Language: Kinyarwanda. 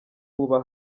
buba